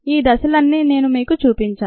ఈ దశలన్నీ మీకు చూపించాను